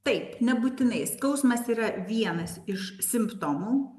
taip nebūtinai skausmas yra vienas iš simptomų